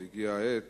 אז הגיעה העת